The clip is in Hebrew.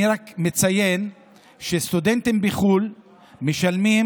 אני רק מציין שסטודנטים בחו"ל משלמים